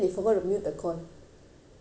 so we all could hear what's happening